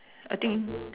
I think